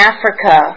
Africa